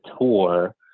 tour